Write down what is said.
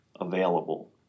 available